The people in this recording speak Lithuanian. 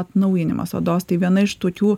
atnaujinimas odos tai viena iš tokių